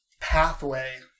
pathway